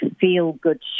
feel-good